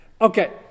Okay